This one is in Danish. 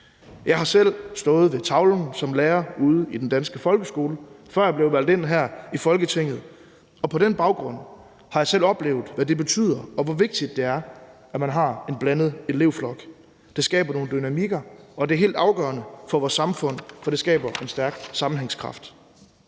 Jeg har selv stået ved tavlen som lærer ude i den danske folkeskole, før jeg blev valgt ind her i Folketinget, og på den baggrund har jeg selv oplevet, hvad det betyder, og hvor vigtigt det er, at man har en blandet elevflok. Det skaber nogle dynamikker, og det er helt afgørende for vores samfund, for det skaber en stærk sammenhængskraft.